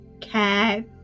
Cat